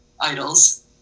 idols